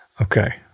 Okay